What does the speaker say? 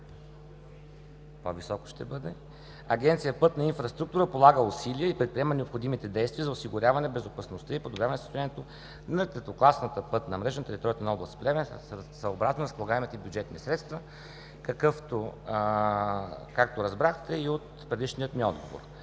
подробности. Агенция „Пътна инфраструктура“ полага усилия и предприема необходимите действия за осигуряване безопасността и подобряване състоянието на третокласната пътна мрежа на територията на област Плевен, съобразно разполагаемите бюджетни средства, както разбрахте и от предишния ми отговор.